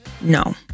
No